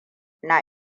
na